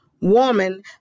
woman